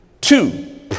two